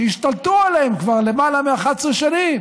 שהשתלטו עליהם כבר למעלה מ-11 שנים